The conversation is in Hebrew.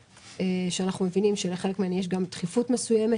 - ואנחנו מבינים שלחלק מהן יש גם דחיפות מסוימת